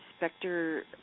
Inspector